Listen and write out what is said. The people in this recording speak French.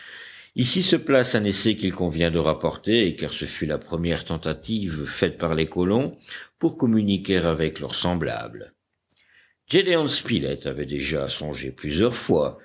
ici se place un essai qu'il convient de rapporter car ce fut la première tentative faite par les colons pour communiquer avec leurs semblables gédéon spilett avait déjà songé plusieurs fois